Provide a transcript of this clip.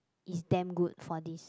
it's damn good for this